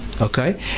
Okay